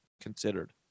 considered